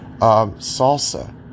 Salsa